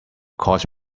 course